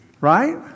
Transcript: right